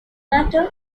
matter